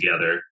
together